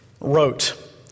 wrote